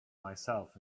myself